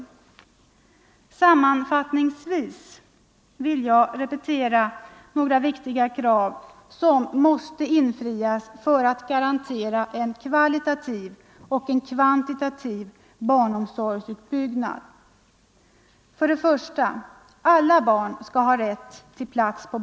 Sammanfattningsvis vill jag repetera några viktiga krav, som måste infrias för att garantera en kvalitativ och kvantitativ barnomsorgsutbyggnad: 2.